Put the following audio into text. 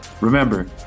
Remember